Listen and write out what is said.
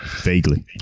vaguely